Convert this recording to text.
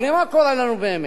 הרי מה קורה לנו באמת?